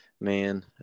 man